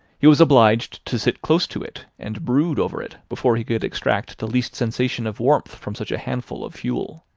he was obliged to sit close to it, and brood over it, before he could extract the least sensation of warmth from such a handful of fuel.